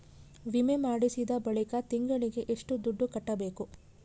ವಿಮೆ ಮಾಡಿಸಿದ ಬಳಿಕ ತಿಂಗಳಿಗೆ ಎಷ್ಟು ದುಡ್ಡು ಕಟ್ಟಬೇಕು?